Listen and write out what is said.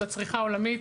הצריכה העולמית